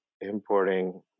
importing